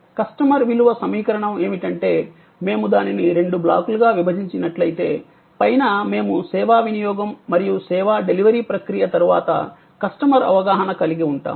customer విలువ సమీకరణం ఏమిటంటే మేము దానిని రెండు బ్లాక్లుగా విభజించినట్లయితే పైన మేము సేవా వినియోగం మరియు సేవా డెలివరీ ప్రక్రియ తర్వాత కస్టమర్ అవగాహన కలిగి ఉంటాము